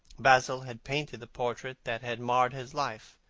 basil had painted the portrait that had marred his life.